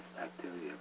activity